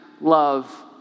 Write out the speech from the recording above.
love